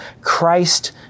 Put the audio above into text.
Christ